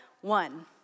one